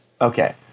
Okay